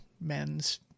men's